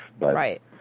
Right